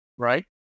Right